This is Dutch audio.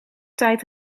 tijd